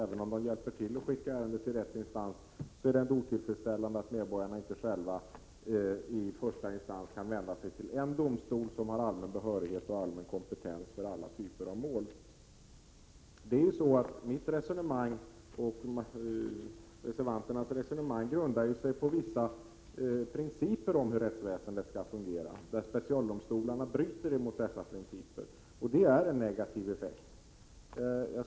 Även om man hjälper till och skickar ärendet till rätt instans, så är det otillfredsställande att medborgarna inte själva i första instans kan vända sig till en domstol som har allmän behörighet och allmän kompetens för alla typer av mål. Mitt och reservanternas resonemang grundar sig på vissa principer om hur rättsväsendet skall fungera. Specialdomstolarna bryter mot dessa principer. Det är en negativ effekt.